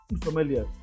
familiar